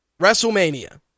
WrestleMania